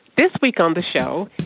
this week on the show,